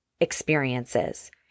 experiences